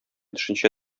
төшенчә